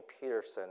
Peterson